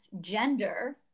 Gender